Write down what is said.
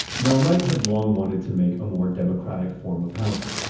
now wright had long wanted to make a more democratic form of housing,